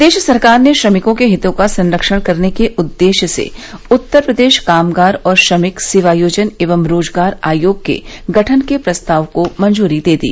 प्रदेश सरकार ने श्रमिकों के हितों का संरक्षण करने के उद्देश्य से उत्तर प्रदेश कामगार और श्रमिक सेवायोजन एवं रोजगार आयोग के गठन के प्रस्ताव को मंजूरी दे दी